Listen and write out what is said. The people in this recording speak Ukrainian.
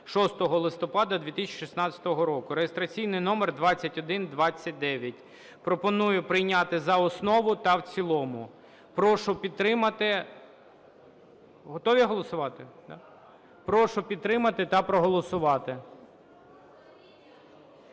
(6 листопада 2019 року) (реєстраційний номер 2129). Пропоную прийняти за основу та в цілому. Прошу підтримати… Готові голосувати? Так. Прошу підтримати та проголосувати.